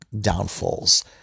downfalls